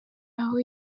aho